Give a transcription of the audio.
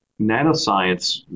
Nanoscience